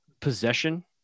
possession